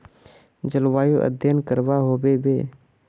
जलवायु अध्यन करवा होबे बे?